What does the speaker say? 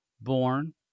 born